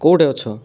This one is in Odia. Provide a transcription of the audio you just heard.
କେଉଁଠି ଅଛ